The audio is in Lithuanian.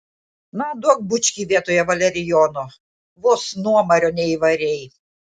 na duok bučkį vietoje valerijono vos nuomario neįvarei